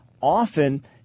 Often